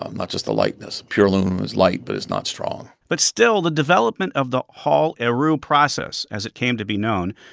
um not just the lightness. pure aluminum is light, but it's not strong but still, the development of the hall-heroult process, as it came to be known,